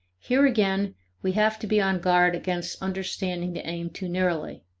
here again we have to be on guard against understanding the aim too narrowly.